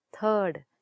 Third